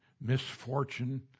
misfortune